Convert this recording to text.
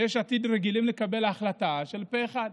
ביש עתיד רגילים לקבל החלטה של פה אחד.